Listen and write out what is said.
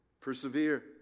persevere